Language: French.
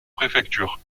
préfecture